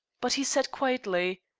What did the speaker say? but he said quietly